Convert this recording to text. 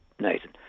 Nathan